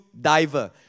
diver